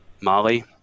Molly